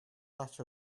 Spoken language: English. that